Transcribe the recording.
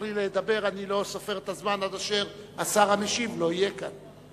תוכלי לדבר ואני לא סופר את הזמן עד אשר השר המשיב יהיה כאן.